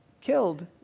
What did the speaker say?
killed